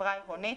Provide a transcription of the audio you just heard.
חברה עירונית,